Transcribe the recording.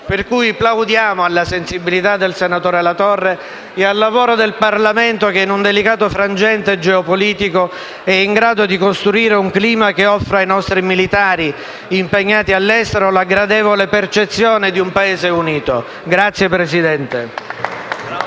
Per cui, plaudiamo alla sensibilità del senatore Latorre e al lavoro del Parlamento che, in un delicato frangente geopolitico, è in grado di costruire un clima che offra ai nostri militari impegnati all'estero la gradevole percezione di un Paese unito. *(Applausi